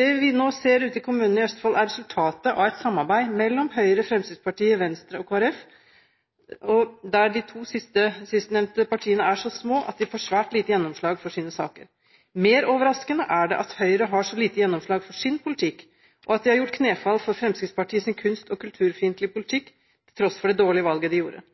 Det vi nå ser ute i kommunene i Østfold, er resultatet av et samarbeid mellom Høyre, Fremskrittspartiet, Venstre og Kristelig Folkeparti, der de to sistnevnte partiene er så små at de får svært lite gjennomslag for sine saker. Mer overraskende er det at Høyre har så lite gjennomslag for sin politikk, og at de har gjort knefall for Fremskrittspartiets kunst- og kulturfiendtlige politikk – til tross for det dårlige valget de gjorde.